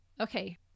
Okay